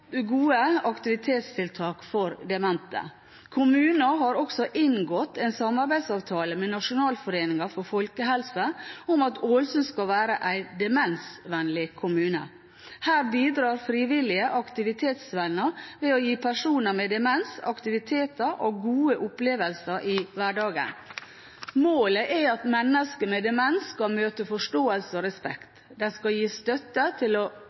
gode aktivitetstiltak for demente. Kommunen har også inngått en samarbeidsavtale med Nasjonalforeningen for folkehelsen om at Ålesund skal være en demensvennlig kommune. Her bidrar frivillige aktivitetsvenner ved å gi personer med demens aktiviteter og gode opplevelser i hverdagen. Målet er at mennesker med demens skal møte forståelse og respekt. De skal gis støtte til å